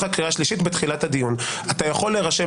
אתה בקריאה שנייה --- אני לא מבין איך אני בקריאה שנייה.